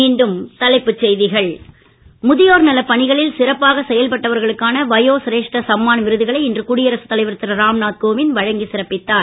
மீண்டும் தலைப்புச் செய்திகள் முதியோர் நலப் பணிகளில் சிறப்பாக செயல்பட்டவர்களுக்கான வயோ சிரேஷ்ட சம்மான் விருதுகளை இன்று குடியரசு தலைவர் திரு ராம்நாத் கோவிந்த் வழங்கிச் சிறப்பித்தார்